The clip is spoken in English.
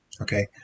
okay